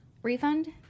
Refund